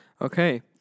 Okay